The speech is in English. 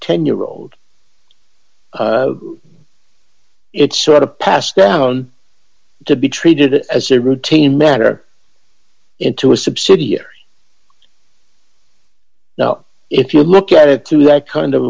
ten year old it's sort of passed down to be treated as a routine matter into a subsidiary now if you look at it through like kind of a